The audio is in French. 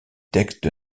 texte